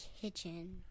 kitchen